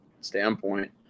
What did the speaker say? standpoint